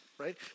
right